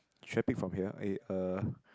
should I pick from here eh uh